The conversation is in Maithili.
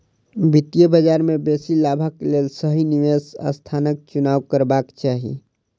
वित्तीय बजार में बेसी लाभक लेल सही निवेश स्थानक चुनाव करबाक चाही